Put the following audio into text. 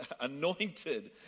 anointed